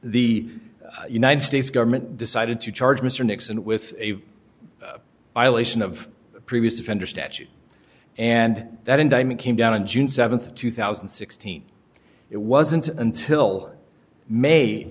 the united states government decided to charge mr nixon with a violation of a previous offender statute and that indictment came down on june seventh two thousand and sixteen it wasn't until may